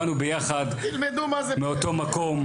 באנו ביחד מאותו מקום,